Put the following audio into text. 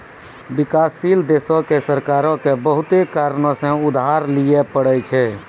विकासशील देशो के सरकारो के बहुते कारणो से उधार लिये पढ़ै छै